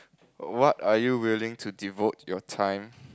what are you willing to devote your time